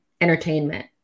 entertainment